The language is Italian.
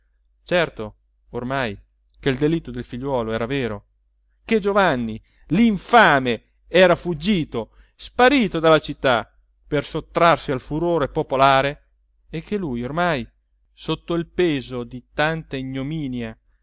certo ormai che il delitto del figliuolo era vero che giovanni l'infame era fuggito sparito dalla città per sottrarsi al furore popolare e che lui ormai sotto il peso di tanta ignominia